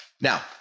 Now